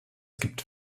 gibt